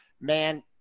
man